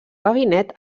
gabinet